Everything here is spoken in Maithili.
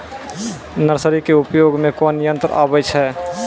नर्सरी के उपयोग मे कोन यंत्र आबै छै?